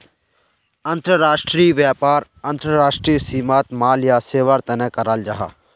अंतर्राष्ट्रीय व्यापार अंतर्राष्ट्रीय सीमात माल या सेवार तने कराल जाहा